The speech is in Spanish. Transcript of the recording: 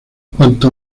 cuanto